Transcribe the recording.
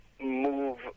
move